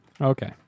Okay